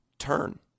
turn